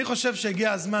אני חושב שהגיע הזמן,